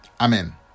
Amen